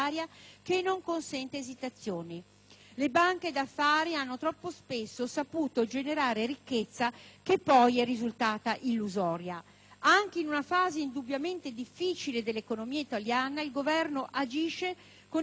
Le banche d'affari hanno troppo spesso saputo generare ricchezza che poi è risultata illusoria. Anche in una fase indubbiamente difficile dell'economia italiana il Governo agisce, con il *placet* delle organizzazioni internazionali,